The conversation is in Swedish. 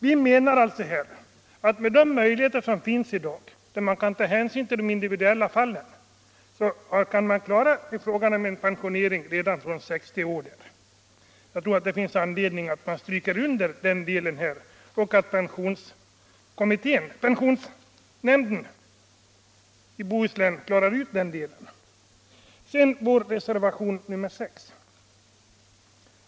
Vi menar att med de möjligheter som finns i dag att ta hänsyn till de individuella fallen kan man klara en pensionering redan vid 60 år. Jag tror det finns anledning stryka under detta och att pensionsnämnden i Bohuslän bör klara ut den frågan. Så vill jag beröra vår reservation nr 6.